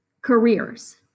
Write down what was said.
careers